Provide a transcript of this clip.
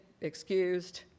excused